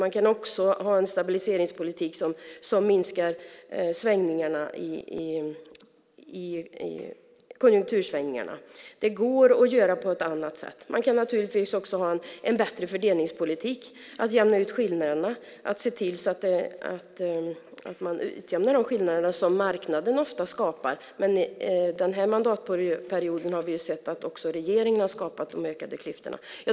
Man kan också ha en stabiliseringspolitik som minskar konjunktursvängningarna. Det går att göra på ett annat sätt. Man kan naturligtvis också ha en bättre fördelningspolitik och se till att man jämnar ut de skillnader som marknaden ofta skapar. Men den här mandatperioden har vi sett att också regeringen har skapat ökade klyftor.